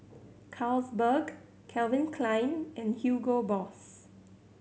Carlsberg Calvin Klein and Hugo Boss